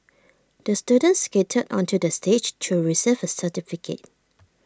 the student skated onto the stage to receive certificate